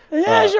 yeah, sure.